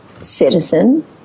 citizen